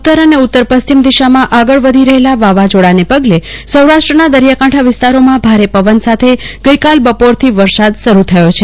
ઉતર અને ઉતર પશ્ચિમ દિશામાં આગળ વધી રહેલા વાવાઝોડાને પગલે સૌરાષ્ટ્રના દરિયાકાંઠા વિસ્તારોમાં ભારે પવન સાથે ગઈકાલે બપોરથી વરસાદ શરૂ થયો છે